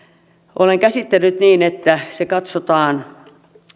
olen käsittänyt niin että se katsotaan